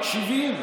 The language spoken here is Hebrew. מקשיבים.